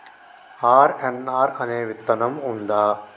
RNR అనే విత్తనం ఉందా?